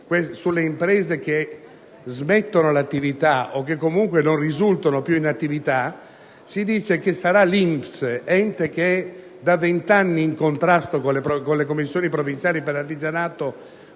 quelle imprese che cessano l'attività o che comunque non risultano più in attività, si dice che sarà l'INPS, ente che da 20 anni è in contrasto con le commissioni provinciali per l'artigianato,